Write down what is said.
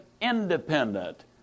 independent